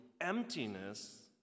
emptiness